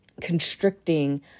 constricting